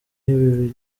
nk’ibi